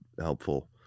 helpful